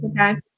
okay